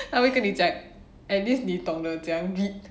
他会跟你讲 at least 你懂得这样 read